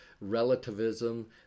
relativism